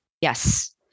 Yes